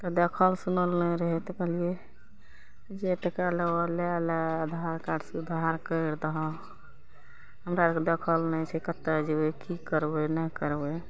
तऽ देखल सुनल नहि रहय तऽ कहलियै जे टाका लेबऽ लै लए आधार कार्डसँ उधार करि दहो हमरा अरके देखल नहि छै कतऽ जेबय की करबय नहि करबय